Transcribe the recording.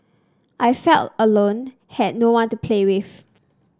I felt alone had no one to play with